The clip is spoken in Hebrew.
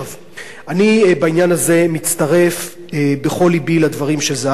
בעניין הזה אני מצטרף בכל לבי לדברים של זהבה גלאון.